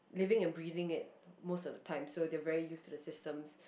living and breathing it most of the time so they're very used to the system